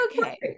Okay